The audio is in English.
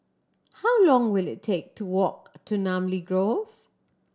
how long will it take to walk to Namly Grove